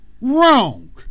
wrong